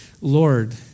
Lord